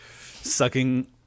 sucking